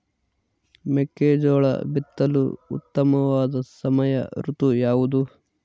ಮೆಕ್ಕೆಜೋಳ ಬಿತ್ತಲು ಉತ್ತಮವಾದ ಸಮಯ ಋತು ಯಾವುದು?